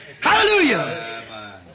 Hallelujah